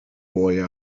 boy